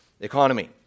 economy